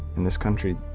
in this country,